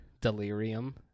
delirium